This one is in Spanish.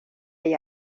hay